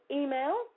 email